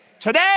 Today